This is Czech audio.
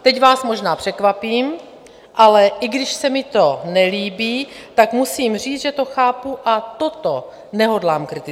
Teď vás možná překvapím, ale i když se mi to nelíbí, tak musím říct, že to chápu, a toto nehodlám kritizovat.